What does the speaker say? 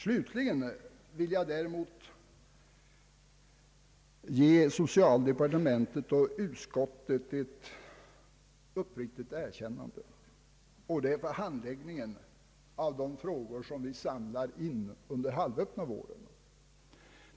Slutligen vill jag ge socialdepartementet och utskottet ett uppriktigt erkännande för handläggningen av de frågor som gäller den halvöppna vården.